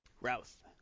Routh